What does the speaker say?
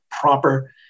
proper